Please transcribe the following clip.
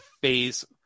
phase